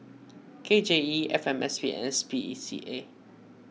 K J E F M S P and S P E C A